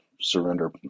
surrender